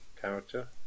character